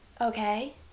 okay